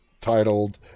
titled